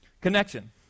connection